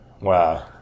Wow